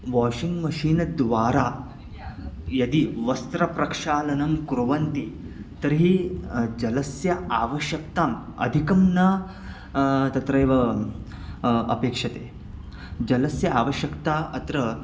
washing मशीन्द्वारा यदि वस्त्रप्रक्षालनं कुर्वन्ति तर्हि जलस्य आवश्यकता अधिकं न तत्रैव अपेक्षते जलस्य आवश्यकता अत्र